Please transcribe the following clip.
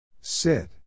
Sit